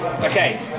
Okay